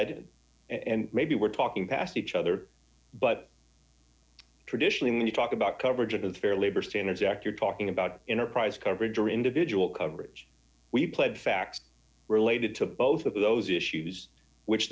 it and maybe we're talking past each other but traditionally when you talk about coverage of the fair labor standards act you're talking about enterprise coverage or individual coverage we played facts related d to both of those issues which